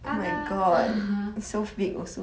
the